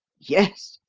yes.